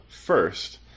first